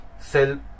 sell